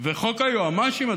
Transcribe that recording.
חוק היועמ"שים,